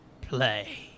play